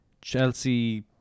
chelsea